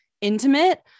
intimate